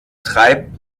treibt